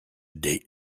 date